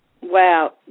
Wow